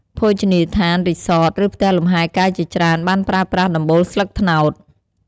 ភោជនីយដ្ឋាន រីសត ឬផ្ទះលំហែកាយជាច្រើនបានប្រើប្រាស់ដំបូលស្លឹកត្នោត។